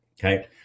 okay